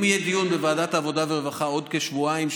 אם יהיה דיון בוועדת העבודה והרווחה עוד כשבועיים-שלושה,